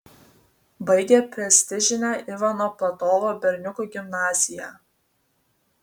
baigė prestižinę ivano platovo berniukų gimnaziją